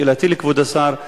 שאלתי לכבוד השר: